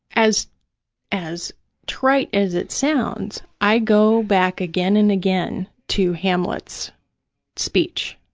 as as trite as it sounds, i go back again and again to hamlet's speech.